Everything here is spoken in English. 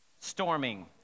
storming